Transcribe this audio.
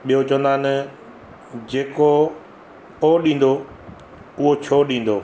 ॿियो चवंदा आहिनि जेको उहो ॾींदो उहो छो ॾींदो